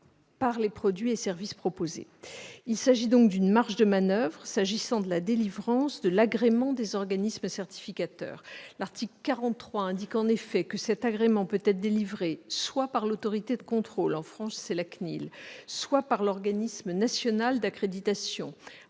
par les produits et services proposés. Il s'agit donc d'une marge de manoeuvre pour la délivrance de l'agrément des organismes certificateurs. L'article 43 du RGPD prévoit en effet que cet agrément peut être délivré soit par l'autorité de contrôle- en France, il s'agit de la CNIL -, soit par l'organisme national d'accréditation-en